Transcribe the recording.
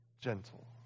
gentle